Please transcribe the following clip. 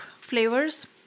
flavors